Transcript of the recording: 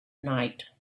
night